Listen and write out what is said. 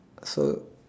so